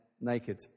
naked